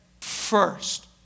first